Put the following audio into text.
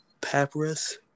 papyrus